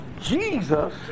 Jesus